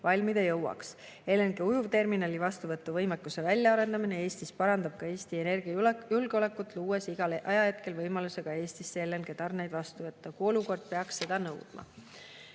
valmida jõuab. LNG-ujuvterminali vastuvõtu võimekuse väljaarendamine Eestis parandab ka Eesti energiajulgeolekut, luues igal ajahetkel võimaluse ka Eestis LNG-tarneid vastu võtta, kui olukord peaks seda nõudma. Kuues